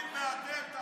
הערבים ואתם,